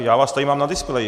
Já vás tady mám na displeji.